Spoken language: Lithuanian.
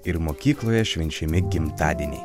ir mokykloje švenčiami gimtadieniai